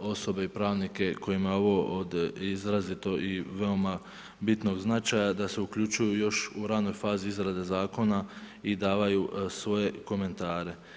osobe i pravnike kojima je ovo od izrazito i veoma bitnog značaja da se uključuju još u ranoj fazi izrade zakona i davaju svoje komentare.